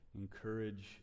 encourage